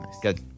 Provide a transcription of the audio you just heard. Good